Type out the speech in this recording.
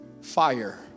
fire